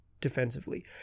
defensively